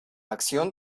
acción